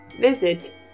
Visit